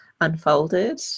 unfolded